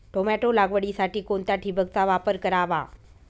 Tomato लागवडीसाठी कोणत्या ठिबकचा वापर करावा?